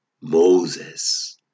Moses